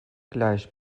gleich